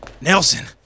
Nelson